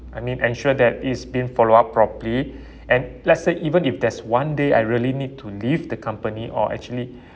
I mean ensure that it's been follow up properly and let's say even if there's one day I really need to leave the company or actually